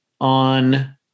on